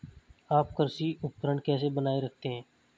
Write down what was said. आप कृषि उपकरण कैसे बनाए रखते हैं?